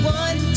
one